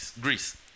Greece